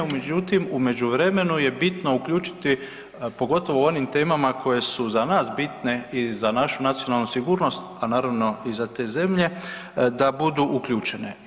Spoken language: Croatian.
Međutim, u međuvremenu je bitno uključiti pogotovo u onim temama koje su za nas bitne i za našu nacionalnu sigurnost, a naravno i za te zemlje, da budu uključene.